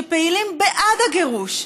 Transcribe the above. שפעילים בעד הגירוש,